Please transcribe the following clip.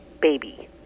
baby